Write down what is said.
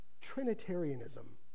Trinitarianism